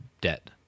debt